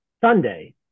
Sunday